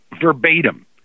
verbatim